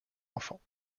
enfants